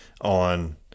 on